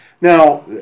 now